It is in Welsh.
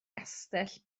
gastell